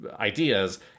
ideas